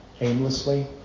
aimlessly